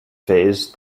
phase